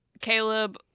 Caleb